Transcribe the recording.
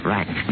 Right